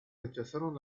rechazaron